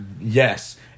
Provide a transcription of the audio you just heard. yes